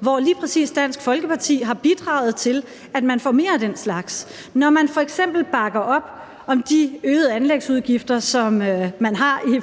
hvor lige præcis Dansk Folkeparti har bidraget til, at man får mere af den slags, når man f.eks. bakker op om de øgede anlægsudgifter, som der er